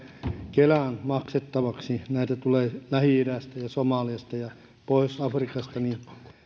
kelan maksettavaksi heitä tulee lähi idästä ja somaliasta ja pohjois afrikasta niin